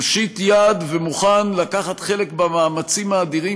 מושיט יד ומוכן לקחת חלק במאמצים האדירים